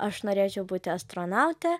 aš norėčiau būti astronaute